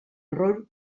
error